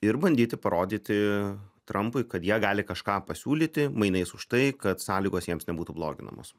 ir bandyti parodyti trampui kad jie gali kažką pasiūlyti mainais už tai kad sąlygos jiems nebūtų bloginamos